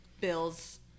bills